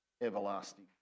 everlasting